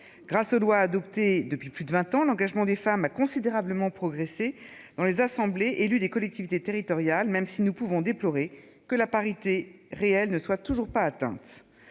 grâce aux lois adoptées depuis plus de 20 ans l'engagement des femmes a considérablement progressé dans les assemblées élues des collectivités territoriales, même si nous pouvons déplorer que la parité réelle ne soit toujours pas atteinte.